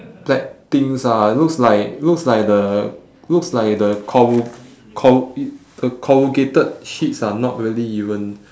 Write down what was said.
black things ah it looks like looks like the looks like the corru~ co~ the corrugated sheets are not really even